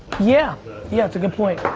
yeah yeah it's a good point.